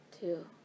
two